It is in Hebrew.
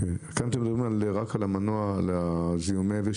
כאן אתם מדברים רק על זיהומי אוויר.